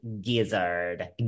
gizzard